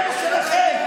זה משלכם.